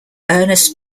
ernest